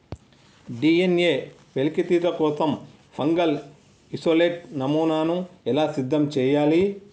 DNA వెలికితీత కోసం fungal isolate నమూనాను ఎలా సిద్ధం చెయ్యాలి?